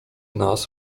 nas